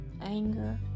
anger